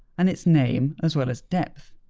and its name as well as depth.